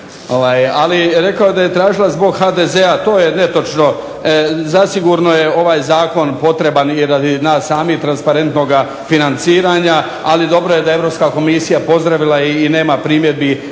Ali je rekao da je tražila zbog HDZ-a. To je netočno. Zasigurno je ovaj Zakon potreban radi nas, transparentnoga financiranja, ali dobro je da je Europska komisija pozdravila i nema primjedbi